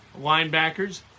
linebackers